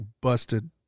busted